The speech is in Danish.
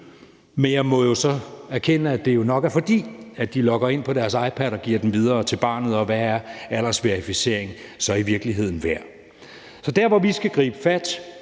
jeg må jo så erkende, at det nok er, fordi de logger ind på deres iPad og giver den videre til barnet, og hvad er aldersverificering så i virkeligheden værd? Kl. 16:57 Så der, hvor vi skal gribe fat